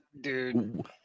dude